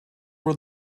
were